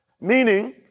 meaning